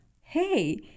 hey